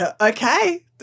okay